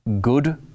Good